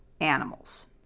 animals